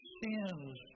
sins